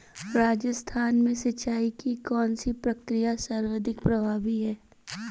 राजस्थान में सिंचाई की कौनसी प्रक्रिया सर्वाधिक प्रभावी है?